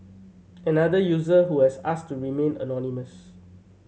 another user who has asked to remain anonymous